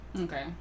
Okay